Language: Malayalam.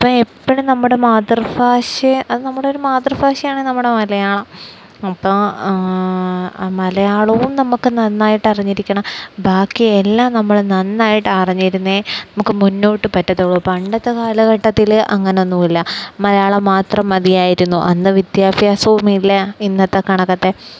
അപ്പോള് എപ്പോഴും നമ്മുടെ മാതൃഭാഷയെ അത് നമ്മുടെയൊരു മാതൃഭാഷയാണ് നമ്മുടെ മലയാളം അപ്പോള് മലയാളവും നമുക്ക് നന്നായിട്ട് അറിഞ്ഞിരിക്കണം ബാക്കിയെല്ലാം നമ്മള് നന്നായിട്ട് അറിഞ്ഞിരുന്നാലേ നമുക്ക് മുന്നോട്ട് പറ്റുകയുള്ളൂ പണ്ടത്തെ കാലഘട്ടത്തില് അങ്ങനെയൊന്നുമില്ല മലയാളം മാത്രം മതിയായിരുന്നു അന്ന് വിദ്യാഭ്യാസവുമില്ല ഇന്നത്തെപ്പോലെ